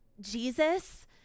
Jesus